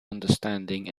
understanding